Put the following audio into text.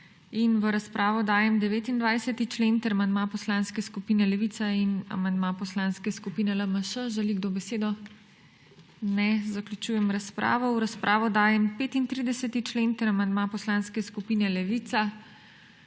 V razpravo dajem 29. člen ter amandma Poslanske skupine Levica in amandma Poslanske skupine LMŠ. Želi kdo besedo? Ne. Zaključujem razpravo. V razpravo dajem 35. člen ter amandma Poslanske skupine Levica.